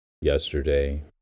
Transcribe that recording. yesterday